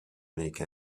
make